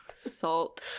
Salt